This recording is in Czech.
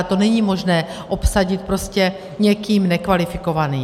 To není možné obsadit prostě někým nekvalifikovaným.